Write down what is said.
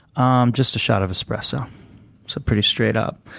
um just a shot of espresso. so pretty straight up.